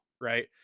Right